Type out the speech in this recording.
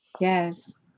Yes